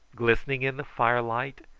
glistening in the fire-light,